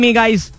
guys